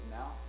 now